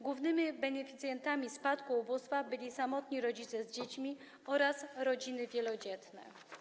Głównymi beneficjentami spadku ubóstwa byli samotni rodzice z dziećmi oraz rodziny wielodzietne.